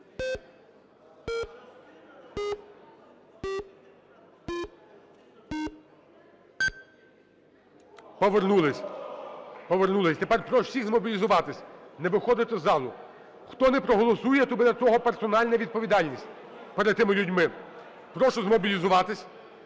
Повернулись, повернулись. Тепер прошу всіх змобілізуватись, не виходити з залу. Хто не проголосує, то буде того персональна відповідальність перед тими людьми. Прошу змобілізуватись,